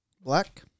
Black